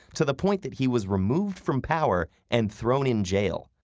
to the point that he was removed from power and thrown in jail.